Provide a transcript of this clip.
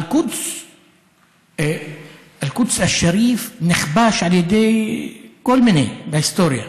אל-קודס א-שריף נכבש על ידי כל מיני בהיסטוריה,